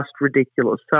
ridiculous